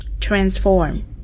transform